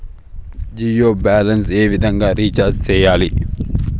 Jio balance ఏ విధంగా recharge సేయాలి?